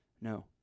No